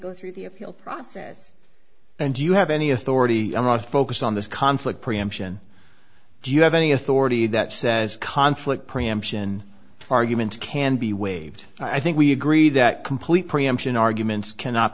go through the appeal process and do you have any authority lost focus on this conflict preemption do you have any authority that says conflict preemption arguments can be waived i think we agree that complete preemption arguments cannot